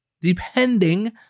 depending